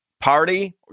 party